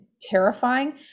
terrifying